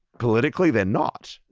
politically, they're not.